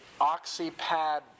OxyPad